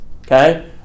Okay